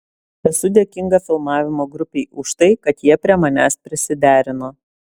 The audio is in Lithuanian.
esu dėkinga filmavimo grupei už tai kad jie prie manęs prisiderino